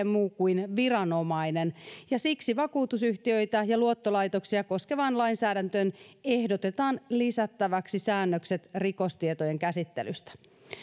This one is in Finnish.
muu kuin viranomainen ja siksi vakuutusyhtiöitä ja luottolaitoksia koskevaan lainsäädäntöön ehdotetaan lisättäväksi säännökset rikostietojen käsittelystä